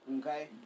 Okay